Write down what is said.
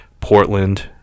Portland